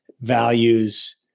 values